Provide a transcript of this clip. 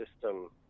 system